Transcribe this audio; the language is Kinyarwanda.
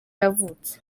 yavutse